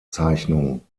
zeichnung